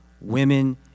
women